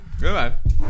Goodbye